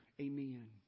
Amen